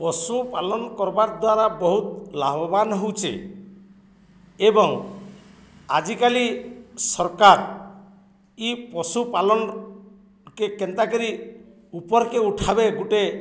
ପଶୁପାଲନ୍ କରବାର୍ ଦ୍ୱାରା ବହୁତ ଲାଭବାନ୍ ହଉଛେ ଏବଂ ଆଜିକାଲି ସରକାର୍ ଇ ପଶୁପାଲନ୍କେ କେନ୍ତାକରି ଉପର୍କେ ଉଠାବେ ଗୁଟେ